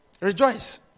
Rejoice